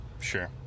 sure